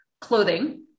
clothing